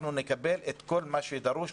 נקבל את כל מה שדרוש.